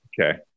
Okay